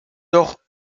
doch